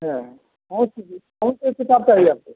हाँ कौन सी चीज कौन सी किताब चाहिए आपको